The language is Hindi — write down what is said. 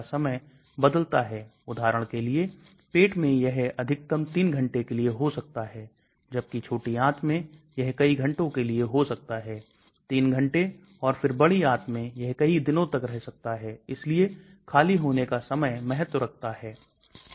इसलिए बहुत सक्रिय कंपाउंड बहुत खराब ADME गुण तब यह क्लीनिकल परीक्षण से नहीं गुजर सकता है बहुत खराब गतिविधि भी आमतौर पर अच्छी नहीं है इसलिए इसमें गतिविधि और गुणों के बीच में समानता होनी चाहिए